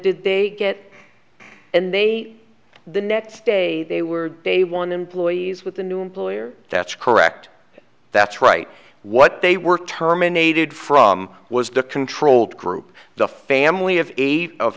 did they get and they the next day they were day one employees with the new employer that's correct that's right what they were terminated from was the controlled group the family of eight of